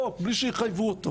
יקרה.